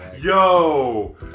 Yo